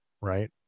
right